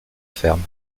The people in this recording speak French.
ferme